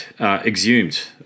Exhumed